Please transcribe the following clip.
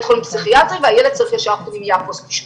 חולים פסיכיאטרי ושהילד צריך ישר פנימייה פוסט אשפוזית.